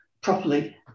properly